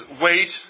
weight